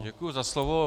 Děkuji za slovo.